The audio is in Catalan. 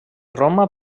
roma